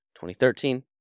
2013